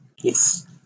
Yes